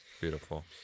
Beautiful